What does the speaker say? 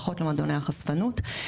פחות למועדוני החשפנות.